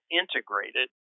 integrated